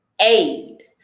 aid